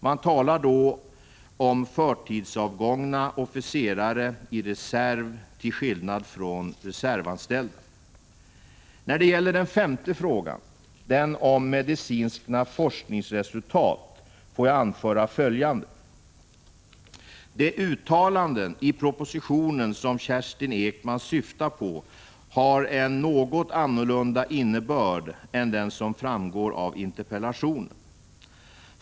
Man talar då om förtidsavgångna officerare i reserv till skillnad från reservanställda. När det gäller den femte frågan, den om medicinska forskningsresultat, får jag anföra följande. De uttalanden i propositionen som Kerstin Ekman syftar på har en något annorlunda innebörd än den som framgår av interpellationen.